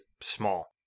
small